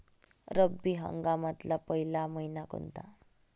रब्बी हंगामातला पयला मइना कोनता?